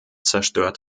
zerstört